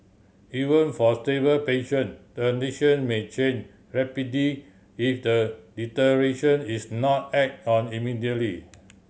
even for stable patient their condition may change rapidly if the deterioration is not act on immediately